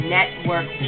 Network